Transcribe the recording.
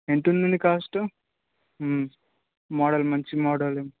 ఎంత ఉందండి cost model మంచి మోడల్